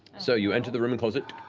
so you enter the room and close it.